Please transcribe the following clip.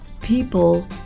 People